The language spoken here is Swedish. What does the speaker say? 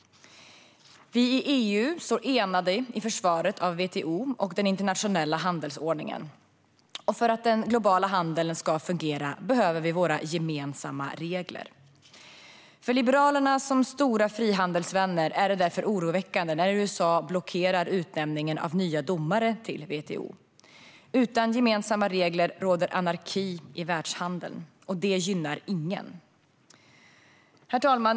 Vi i EU står enade i försvaret av WTO och den internationella handelsordningen. För att den globala handeln ska fungera behöver vi våra gemensamma regler. För Liberalerna som stora frihandelsvänner är det därför oroväckande när USA blockerar utnämningen av nya domare till WTO. Utan gemensamma regler råder anarki i världshandeln, och det gynnar ingen. Herr talman!